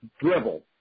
dribble